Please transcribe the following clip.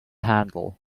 handle